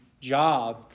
job